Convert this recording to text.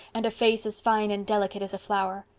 and a face as fine and delicate as a flower.